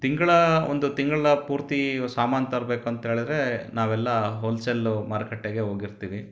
ತಿಂಗಳ ಒಂದು ತಿಂಗಳ ಪೂರ್ತಿ ಸಾಮಾನು ತರ್ಬೇಕಂಥೇಳಿದ್ರೆ ನಾವೆಲ್ಲ ಹೋಲ್ಸೆಲ್ಲು ಮಾರುಕಟ್ಟೆಗೆ ಹೋಗಿರ್ತೀವಿ